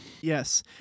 Yes